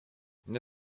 nie